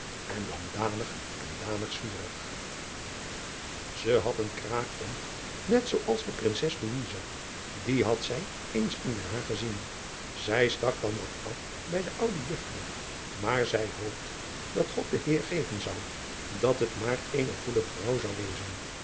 en dan danig en danig zwierig e had een kraag om net zoo als de rinses die had zij eens in den aag gezien ij stak dan wat af bij de oude uffrouw maar zij hoopte dat od de eer geven zou dat het maar eene goede vrouw zou wezen